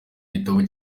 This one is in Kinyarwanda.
gitabo